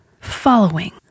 following